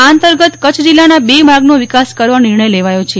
આ અંતર્ગત કચ્છ જિલ્લાના બે માર્ગનો વિકાસ કરવા નિર્ણય લેવાયો છે